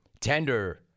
tender